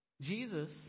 Jesus